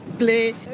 Play